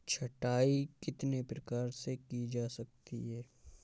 छँटाई कितने प्रकार से की जा सकती है?